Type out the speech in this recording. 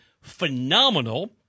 phenomenal